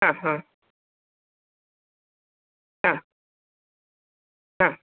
ആ ഹാ ആ ആ